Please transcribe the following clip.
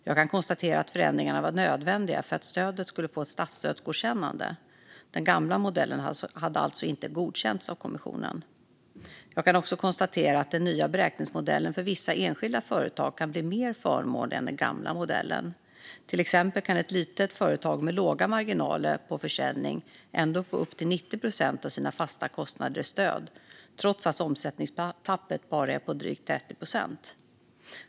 Jag kan konstatera att förändringarna var nödvändiga för att stödet skulle få ett statsstödsgodkännande. Den gamla modellen hade alltså inte godkänts av kommissionen. Jag kan också konstatera att den nya beräkningsmodellen för vissa enskilda företag kan bli mer förmånlig än den gamla modellen. Till exempel kan ett litet företag med små marginaler på försäljningen ändå få upp till 90 procent av sina fasta kostnader i stöd, trots att omsättningstappet bara är på drygt 30 procent.